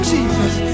Jesus